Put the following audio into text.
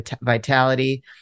vitality